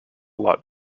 lot